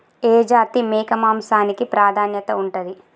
ఏ జాతి మేక మాంసానికి ప్రాధాన్యత ఉంటది?